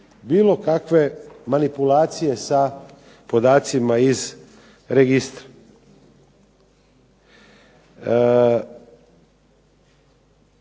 bilo kakve manipulacije sa podacima iz registra.